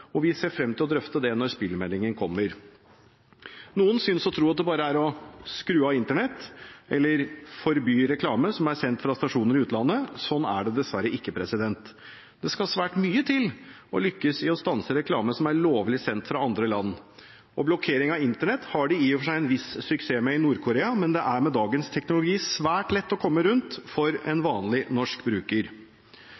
og vi ser frem til å drøfte det når spillmeldingen kommer. Noen synes å tro at det bare er å skru av Internett eller forby reklame som er sendt fra stasjoner i utlandet. Sånn er det dessverre ikke. Det skal svært mye til for å lykkes i å stanse reklame som er lovlig sendt fra andre land. Blokkering av Internett har de i og for seg en viss suksess med i Nord-Korea, men det er med dagens teknologi svært lett å komme rundt for en vanlig norsk bruker.